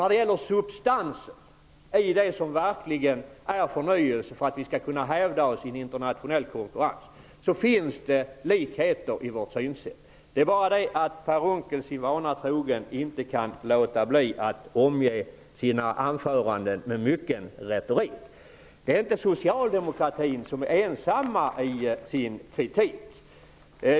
När det gäller substansen i det som verkligen är förnyelse, för att vi skall kunna hävda oss i en internationell konkurrens, finns det likheter i vårt synsätt. Det är bara det att Per Unckel, sin vana trogen, inte kan låta bli att omge sina anföranden med mycken retorik. Socialdemokratin är inte ensam i sin kritik.